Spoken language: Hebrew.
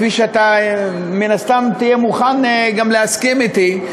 כפי שאתה מן הסתם תהיה מוכן גם להסכים אתי,